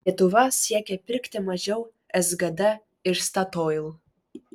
lietuva siekia pirkti mažiau sgd iš statoil